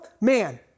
man